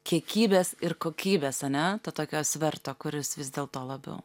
kiekybės ir kokybės ane to tokio sverto kuris vis dėlto labiau